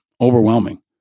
overwhelming